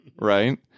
right